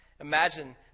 Imagine